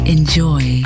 Enjoy